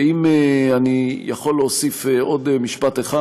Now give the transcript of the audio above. ואם אני יכול להוסיף עוד משפט אחד: